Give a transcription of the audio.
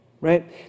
right